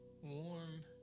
Warm